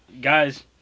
guys